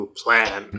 plan